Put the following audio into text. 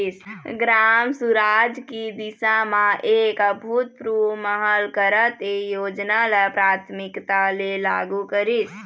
ग्राम सुराज की दिशा म एक अभूतपूर्व पहल करत ए योजना ल प्राथमिकता ले लागू करिस